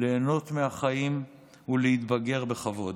ליהנות מהחיים ולהתבגר בכבוד.